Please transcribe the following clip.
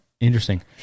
interesting